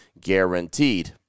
guaranteed